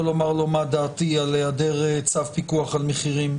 לומר לו מה דעתי על היעדר צו פיקוח על מחירים